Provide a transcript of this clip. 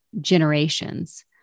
generations